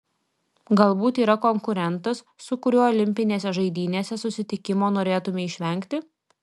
galbūt yra konkurentas su kuriuo olimpinėse žaidynėse susitikimo norėtumei išvengti